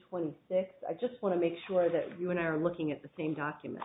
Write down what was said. twenty six i just want to make sure that you and i are looking at the same document